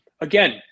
again